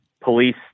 police